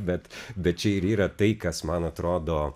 bet bet čia ir yra tai kas man atrodo